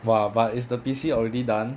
!wah! but is the P_C already done